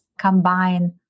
combine